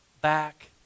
back